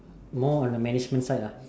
more on the management side ah